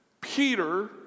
Peter